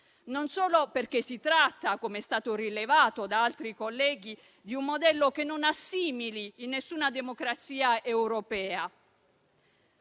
non solo perché si tratta, come è stato rilevato da altri colleghi, di un modello che non ha simili in nessuna democrazia europea,